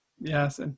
Yes